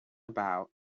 about